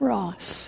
Ross